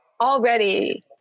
Already